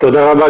תודה רבה,